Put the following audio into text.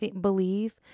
believe